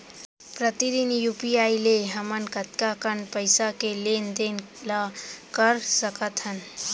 प्रतिदन यू.पी.आई ले हमन कतका कन पइसा के लेन देन ल कर सकथन?